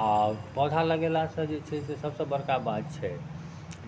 आ पौधा लगयलासँ जे छै से सबसे बड़का बात छै